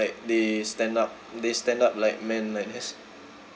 they stand up they stand up like man like has